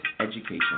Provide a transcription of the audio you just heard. education